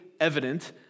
evident